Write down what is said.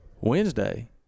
wednesday